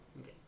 Okay